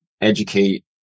educate